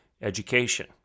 Education